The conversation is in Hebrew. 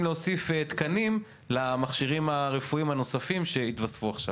להוסיף תקנים למכשירים הרפואיים הנוספים שהתווספו עכשיו?